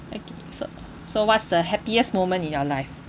okay so so what's the happiest moment in your life